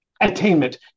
attainment